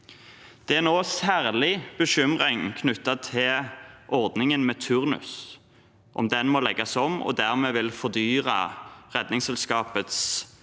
Det er nå særlig bekymring knyttet til ordningen med turnus og om den må legges om, noe som vil fordyre Redningsselskapets